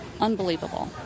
unbelievable